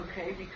okay